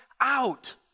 out